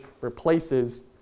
replaces